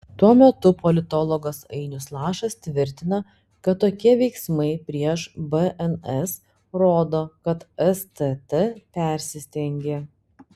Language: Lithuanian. tuo metu politologas ainius lašas tvirtina kad tokie veiksmai prieš bns rodo kad stt persistengė